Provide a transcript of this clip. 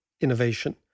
innovation